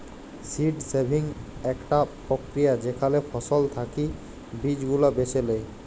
seed saving আকটা প্রক্রিয়া যেখালে ফসল থাকি বীজ গুলা বেছে লেয়